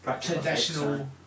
traditional